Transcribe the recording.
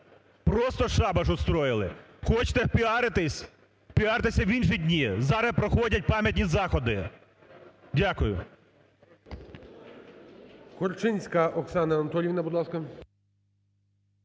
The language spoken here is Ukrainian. просто шабаш устроили. Хочете піартитися – піартесь в інші дні, зараз проходять пам'ятні заходи. Дякую.